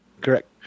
Correct